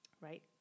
right